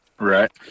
Right